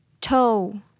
Toe